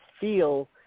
feel